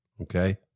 Okay